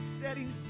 setting